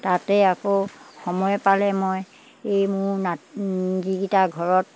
তাতে আকৌ সময় পালে মই এই মোৰ নাতি যিকেইটা ঘৰত